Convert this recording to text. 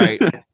Right